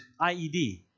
IED